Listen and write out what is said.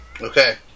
Okay